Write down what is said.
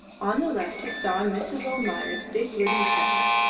on the left he saw mrs. almayer's big wooden chest,